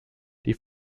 die